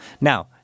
Now